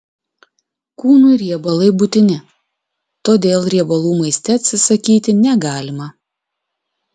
kūnui riebalai būtini todėl riebalų maiste atsisakyti negalima